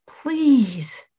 please